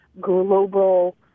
global